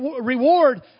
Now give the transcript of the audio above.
reward